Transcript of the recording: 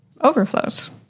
overflows